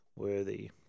worthy